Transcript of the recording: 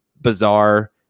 bizarre